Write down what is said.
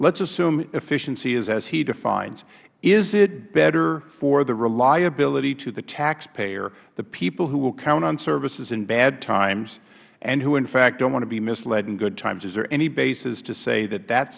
lets assume efficiency is as he defines is it better for the reliability to the taxpayer the people who will count on services in bad times and who in fact dont want to be misled in good times is there any basis to say that that